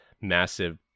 massive